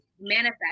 manifest